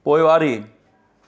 पोइवारी